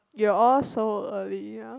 you were all so early ya